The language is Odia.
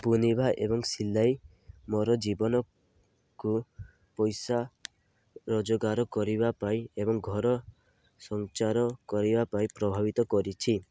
ବୁନିବା ଏବଂ ସିଲାଇ ମୋର ଜୀବନକୁ ପଇସା ରୋଜଗାର କରିବା ପାଇଁ ଏବଂ ଘର ସଞ୍ଚାର କରିବା ପାଇଁ ପ୍ରଭାବିତ କରିଛି